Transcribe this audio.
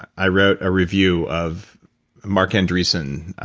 i wrote a review of marc andreessen,